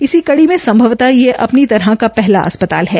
इसी कड़ी में सम्भवत यह अपनी तरह का पहला अस्पताल है